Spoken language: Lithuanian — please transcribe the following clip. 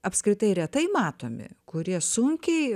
apskritai retai matomi kurie sunkiai